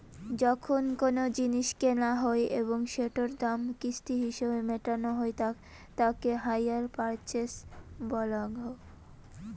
যখন কোনো জিনিস কেনা হই এবং সেটোর দাম কিস্তি হিছেবে মেটানো হই তাকে হাইয়ার পারচেস বলাঙ্গ